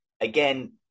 Again